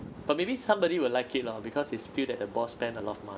but maybe somebody will like it lor because it's feel that the boss spend a lot of money